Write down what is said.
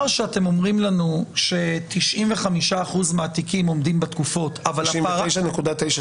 שאתם אומרים לנו ש-95% מהתיקים עומדים בתקופות -- 99.96%.